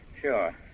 sure